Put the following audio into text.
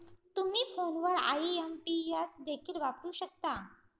तुम्ही फोनवर आई.एम.पी.एस देखील वापरू शकता